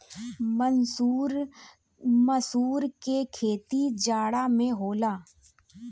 मसूर के खेती जाड़ा में होला